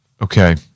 Okay